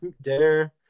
dinner